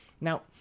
Now